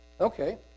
Okay